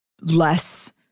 less